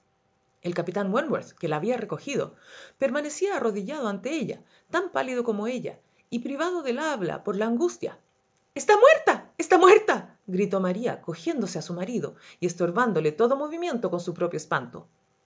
el capitán wentworth que la había recogido permanecía arrodillado ante ella tan pálido como ella y privado del habla por la angustia está muerta está muerta gritó maría cogiéndose a su marido y estorbándole todo movimiento con su propio espanto